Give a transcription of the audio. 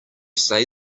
say